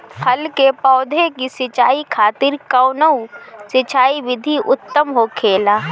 फल के पौधो के सिंचाई खातिर कउन सिंचाई विधि उत्तम होखेला?